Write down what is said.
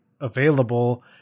available